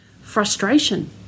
Frustration